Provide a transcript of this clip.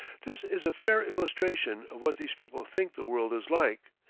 this is a fair illustration of what these people think the world is like.